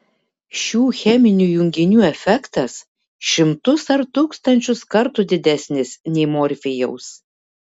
šių cheminių junginių efektas šimtus ar tūkstančius kartų didesnis nei morfijaus